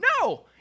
No